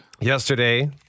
yesterday